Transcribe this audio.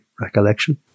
recollection